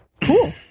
Cool